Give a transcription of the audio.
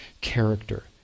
character